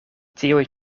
tiuj